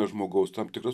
žmogaus tam tikras